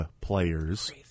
players